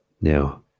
Now